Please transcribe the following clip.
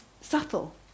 subtle